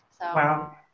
Wow